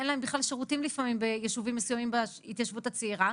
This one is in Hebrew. אין להם בכלל שירותים לפעמים בישובים מסוימים בהתיישבות הצעירה.